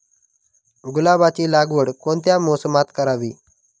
गुलाबाची लागवड कोणत्या मोसमात करावी?